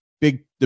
Big